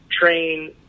train